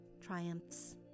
triumphs